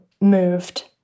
moved